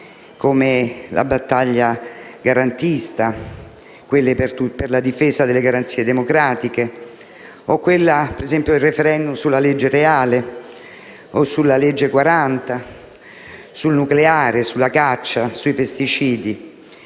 come la battaglia garantista, quelle per la difesa delle garanzie democratiche o quelle, per esempio, dei *referendum* sulla legge Reale o sulla legge 40, sul nucleare, sulla caccia, sui pesticidi